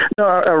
No